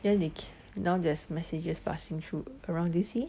then they now there's messages passing through around do you see